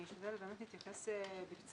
אני אשתדל מאוד להתייחס בקצרה.